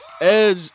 Edge